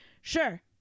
sure